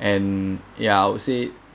and ya I'd say